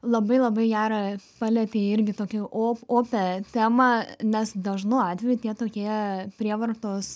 labai labai gerą palietei irgi tokį o opią temą nes dažnu atveju tie tokie prievartos